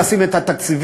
לשים את התקציבים,